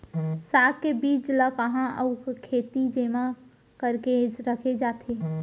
साग के बीज ला कहाँ अऊ केती जेमा करके रखे जाथे?